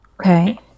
Okay